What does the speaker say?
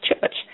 church